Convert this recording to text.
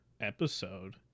episode